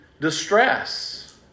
distress